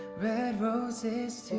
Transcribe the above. red roses,